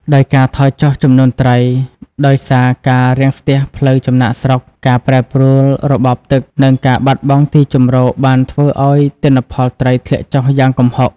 ដោយការថយចុះចំនួនត្រីដោយសារការរាំងស្ទះផ្លូវចំណាកស្រុក ការប្រែប្រួលរបបទឹក និងការបាត់បង់ទីជម្រកបានធ្វើឱ្យទិន្នផលត្រីធ្លាក់ចុះយ៉ាងគំហុក។